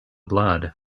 blood